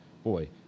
Boy